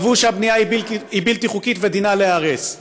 קבעו שהבנייה היא בלתי חוקית ודינה להיהרס.